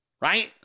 right